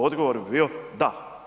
Odgovor bi bio da.